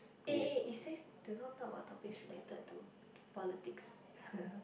eh eh it says do not talk about topics related to politics